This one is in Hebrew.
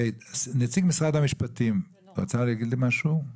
נציג משרד המשפטים רוצה להגיד משהו?